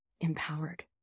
empowered